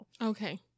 Okay